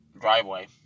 driveway